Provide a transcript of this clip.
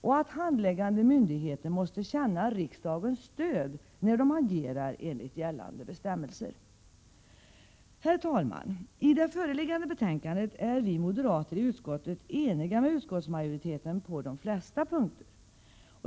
och att handläggande myndigheter måste känna riksdagens stöd, när de agerar enligt gällande bestämmelser. Herr talman! I det föreliggande betänkandet är vi moderater i utskottet eniga med utskottsmajoriteten på de flesta punkter.